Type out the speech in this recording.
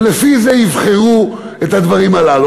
ולפי זה יבחרו את הדברים הללו.